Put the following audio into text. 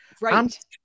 Right